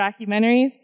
documentaries